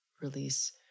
release